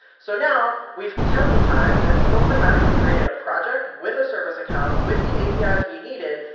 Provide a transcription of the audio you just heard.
so now we've templatized and programmatically created a project with a service account, with the apis we needed,